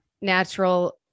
natural